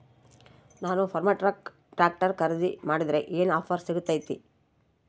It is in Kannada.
ನಾನು ಫರ್ಮ್ಟ್ರಾಕ್ ಟ್ರಾಕ್ಟರ್ ಖರೇದಿ ಮಾಡಿದ್ರೆ ಏನು ಆಫರ್ ಸಿಗ್ತೈತಿ?